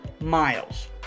Miles